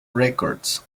records